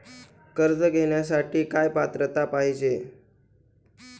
कर्ज घेण्यासाठी काय पात्रता पाहिजे?